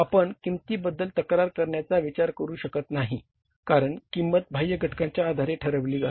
आपण किंमतीबद्दल तक्रार करण्याचा विचार करू शकत नाही कारण किंमत बाह्य घटकांच्या आधारे ठरविली जाते